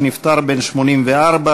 שנפטר בן 84,